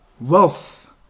wealth